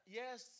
yes